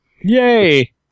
Yay